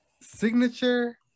signature